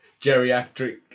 geriatric